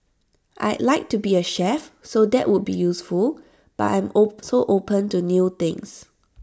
I'd like to be A chef so that would be useful but I'm so open to new things